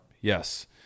Yes